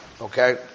Okay